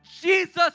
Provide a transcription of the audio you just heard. Jesus